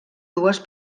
dues